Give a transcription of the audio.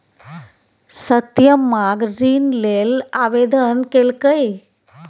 सत्यम माँग ऋण लेल आवेदन केलकै